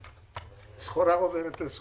סחורה עוברת לסוחר.